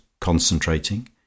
concentrating